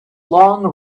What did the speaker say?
long